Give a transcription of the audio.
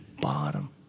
bottom